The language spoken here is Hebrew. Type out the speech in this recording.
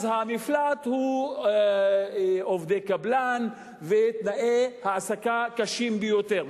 אז המפלט הוא עובדי קבלן ותנאי העסקה קשים ביותר,